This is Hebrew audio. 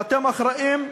ואתם אחראים,